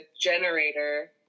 generator